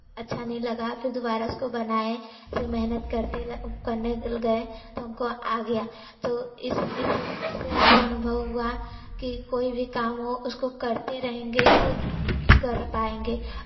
अच्छा नहीं लगा फिर दोबारा उसको बनाए मेहनत करते करने मिल गए तो हमको आ गया तो इस इससे हमको अनुभव हुआ कि कोई भी काम हो उसको करते रहेंगे तो कर पाएँगे